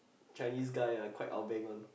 Chinese guy ah quite ah-beng [one]